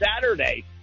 Saturday